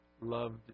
loved